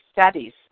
studies